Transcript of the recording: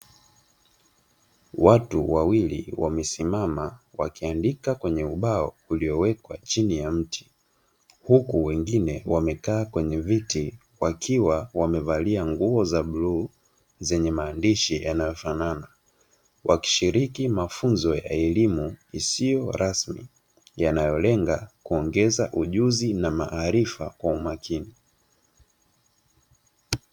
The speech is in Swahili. Watu wawili wamesimama wakiandika kwenye ubao uliowekwa chini ya mti huku wengine wamekaa kwenye viti wakiwa wamevalia nguo za bluu zenye maandishi yanayofanana wakishiriki mafunzo ya elimu isiyo rasmi yanayolenga kuongeza ujuzi na maarifa kwa umakini.